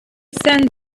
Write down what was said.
send